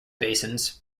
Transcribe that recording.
basins